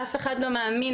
אף אחד לא מאמין.